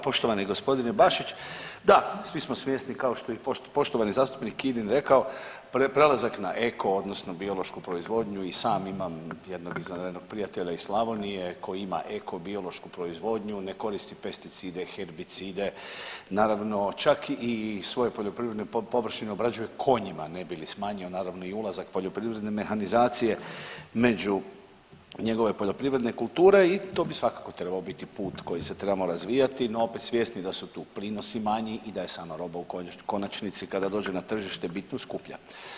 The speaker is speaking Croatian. Poštovani g. Bašić, da, svi smo svjesni kao što je i poštovani zastupnik Kirin rekao prelazak na eko odnosno biološku proizvodnju i sam imam jednog izvanrednog prijatelja iz Slavonije koji ima eko biološku proizvodnju, ne koristi pesticide, herbicide naravno čak i svoje poljoprivrednu površinu obrađuje konjima ne bi li smanjio naravno ulazak i poljoprivredne mehanizacije među poljoprivredne kulture i to bi svakako trebao biti put koji se trebamo razvijati, no opet svjesni da su tu prinosi manji i da je sama roba u konačnici kada dođe u tržište bitno skuplja.